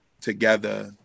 together